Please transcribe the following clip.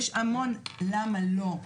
יש המון למה לא.